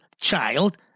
child